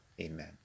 Amen